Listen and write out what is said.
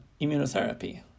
immunotherapy